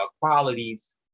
qualities